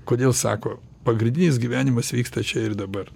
kodėl sako pagrindinis gyvenimas vyksta čia ir dabar